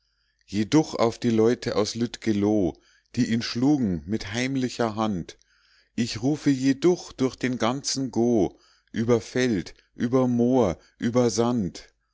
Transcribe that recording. jeduch auf die leute aus lüttgeloh die ihn schlugen mit heimlicher hand ich rufe jeduch durch den ganzen go über feld über moor über